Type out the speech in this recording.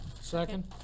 Second